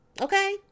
Okay